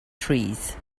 trees